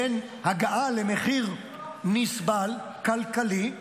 בין הגעה למחיר נסבל, כלכלי,